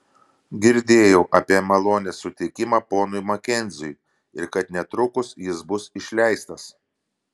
girdėjau apie malonės suteikimą ponui makenziui ir kad netrukus jis bus išleistas